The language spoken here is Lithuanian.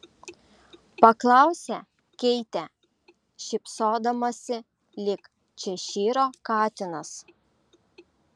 paklausė keitė šypsodamasi lyg češyro katinas